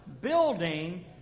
building